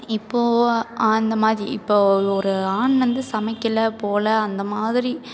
இப்போது அந்தமாதிரி இப்போது ஒரு ஆண் வந்து சமைக்கலை போகல அந்தமாதிரி